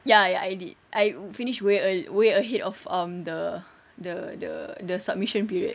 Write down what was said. ya ya I did I finish way earl~ way ahead of um the the the the submission period